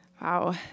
Wow